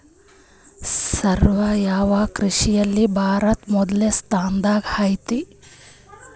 ಸಾವಯವ ಕೃಷಿಯಲ್ಲಿ ಭಾರತ ಮೊದಲ ಸ್ಥಾನದಾಗ್ ಐತಿ